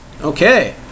Okay